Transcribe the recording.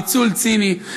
ניצול ציני.